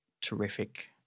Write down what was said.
terrific